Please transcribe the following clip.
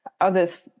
Others